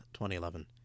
2011